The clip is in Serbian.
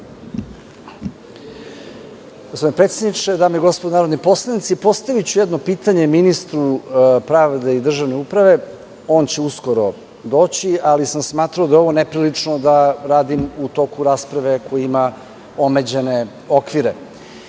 Gospodine predsedniče, dame i gospodo narodni poslanici, postaviću jedno pitanje ministru pravde i državne uprave. On će uskoro doći, ali sam smatrao da je ovo neprilično da radim u toku rasprave koja ima omeđene okvire. Ovo